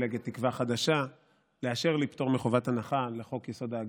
ובמפלגת תקווה חדשה לאשר לי פטור מחובת הנחה לחוק-יסוד: ההגירה,